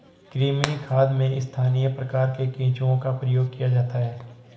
कृमि खाद में स्थानीय प्रकार के केंचुओं का प्रयोग किया जाता है